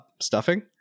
stuffing